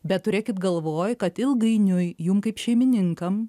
bet turėkit galvoj kad ilgainiui jum kaip šeimininkam